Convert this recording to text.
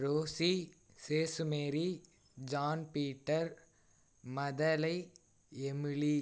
Rosie Sesumary John Peter Mathalai Emily